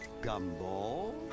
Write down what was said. Gumball